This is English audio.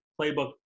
playbook